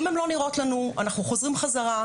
אם הן לא נראות לנו, אנחנו חוזרים בחזרה.